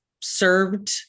served